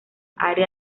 área